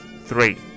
Three